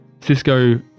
Cisco